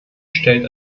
stellt